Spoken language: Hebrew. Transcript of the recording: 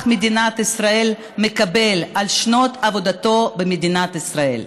במדינת ישראל מקבל על שנות עבודתו במדינת ישראל.